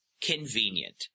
convenient